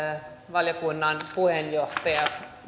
valiokunnan puheenjohtaja